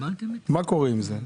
מה קורה עם זה?